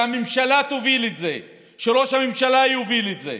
ושהממשלה תוביל את זה, שראש הממשלה יוביל את זה.